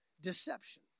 deception